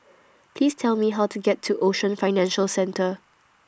Please Tell Me How to get to Ocean Financial Centre